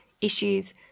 issues